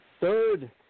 third